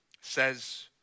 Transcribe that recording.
says